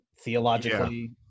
theologically